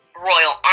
Royal